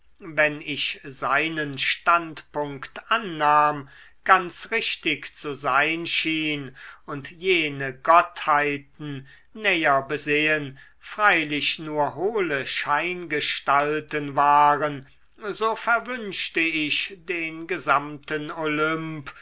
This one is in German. wenn ich seinen standpunkt annahm ganz richtig zu sein schien und jene gottheiten näher besehen freilich nur hohle scheingestalten waren so verwünschte ich den gesamten olymp